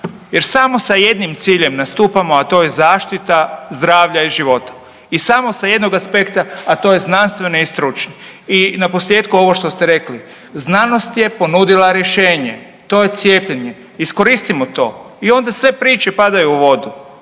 Jer samo sa jednim ciljem nastupamo, a to je zaštita zdravlja i života i samo sa jednog aspekta, a to je znanstveni i stručni. I na posljetku ovo što ste rekli, znanost je ponudila rješenje, to je cijepljenje, iskoristimo to i onda sve priče padaju u vodu,